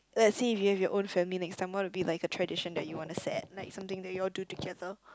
lets say if you have your own family next time what would be like a tradition that you wanna set like something that you all do together